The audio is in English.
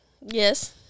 yes